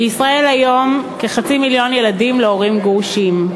בישראל היום, כחצי מיליון ילדים להורים גרושים.